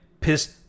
pissed